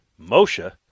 Moshe